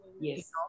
Yes